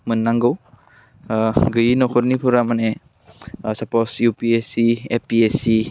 मोननांगौ गैयि नखरनिफोरा मानि सापस इउपिएसि एपिएसि